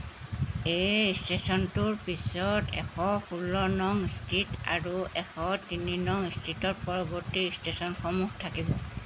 এই ষ্টেচনটোৰ পিছত এশ ষোল্ল নং ষ্ট্ৰীট আৰু এশ তিনি নং ষ্ট্ৰীটত পৰৱৰ্তী ষ্টেচনসমূহ থাকিব